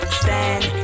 stand